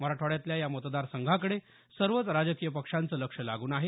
मराठवाड्यातल्या या मतदारसंघाकडे सर्वच राजकीय पक्षांचं लक्ष लागून आहे